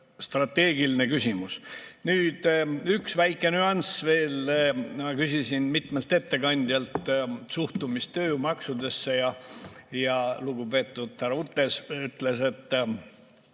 strateegiline küsimus. Nüüd üks väike nüanss veel. Küsisin mitmelt ettekandjalt suhtumist tööjõumaksudesse ja lugupeetud härra Udde ütles, et